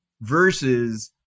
versus